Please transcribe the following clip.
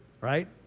right